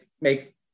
make